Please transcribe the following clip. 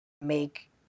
make